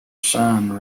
sign